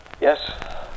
Yes